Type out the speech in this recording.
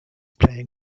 playing